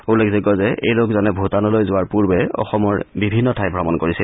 উল্লেখযোগ্য যে এই লোকজনে ভূটানলৈ যোৱাৰ পূৰ্বে অসমৰ বিভিন্ন ঠাই ভ্ৰমণ কৰিছিল